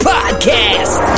Podcast